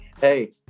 hey